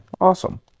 Awesome